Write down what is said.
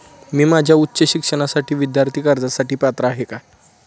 मी माझ्या उच्च शिक्षणासाठी विद्यार्थी कर्जासाठी पात्र आहे का?